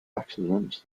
accidents